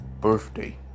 birthday